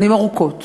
שנים ארוכות